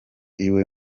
iwe